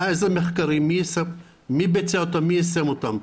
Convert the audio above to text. איזה מחקרים, מי ביצע אותם, מי יישם אותם.